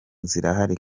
zirahari